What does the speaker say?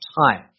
time